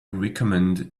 recommend